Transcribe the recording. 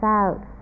out